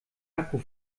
akku